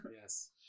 Yes